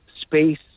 space